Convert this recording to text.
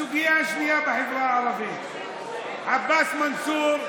הסוגיה השנייה בחברה הערבית: עבאס מנסור,